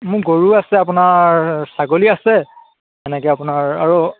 মোৰ গৰু আছে আপোনাৰ ছাগলী আছে এনেকে আপোনাৰ আৰু